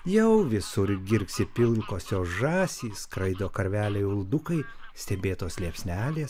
jau visur girgsi pilkosios žąsys skraido karveliai uldukai stebėtos liepsnelės